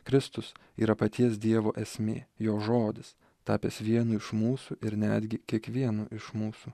kristus yra paties dievo esmė jo žodis tapęs vienu iš mūsų ir netgi kiekvienu iš mūsų